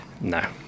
No